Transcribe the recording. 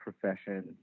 profession